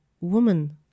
Woman